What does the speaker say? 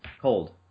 cold